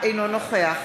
אינו נוכח